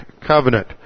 covenant